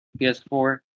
PS4